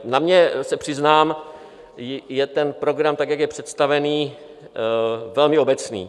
Na mě, přiznám se, je ten program tak, jak je představený, velmi obecný.